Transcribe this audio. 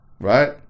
Right